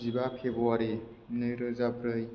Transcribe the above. जिबा फेब्रुवारि नैरोजा ब्रै